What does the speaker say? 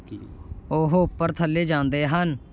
ਉਹ ਉੱਪਰ ਥੱਲੇ ਜਾਂਦੇ ਹਨ